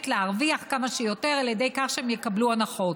להרוויח כמה שיותר על ידי כך שהן יקבלו הנחות.